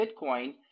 Bitcoin